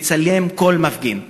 לצלם כל מפגין.